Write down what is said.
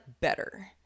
better